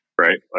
Right